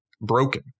broken